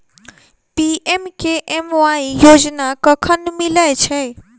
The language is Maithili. पी.एम.के.एम.वाई योजना कखन मिलय छै?